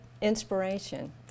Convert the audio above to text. inspiration